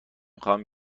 خواهم